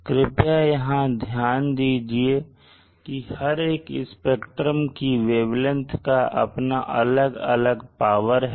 कृपया यहां ध्यान दीजिए कि हर एक स्पेक्ट्रम के वेवलेंथ का अपना अलग पावर है